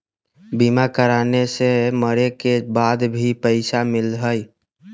बीमा कराने से मरे के बाद भी पईसा मिलहई?